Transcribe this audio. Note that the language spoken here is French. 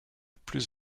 plus